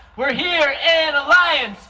we're here in alliance,